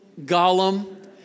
Gollum